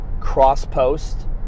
cross-post